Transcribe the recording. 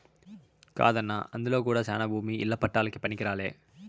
కాదన్నా అందులో కూడా శానా భూమి ఇల్ల పట్టాలకే పనికిరాలే